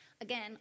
Again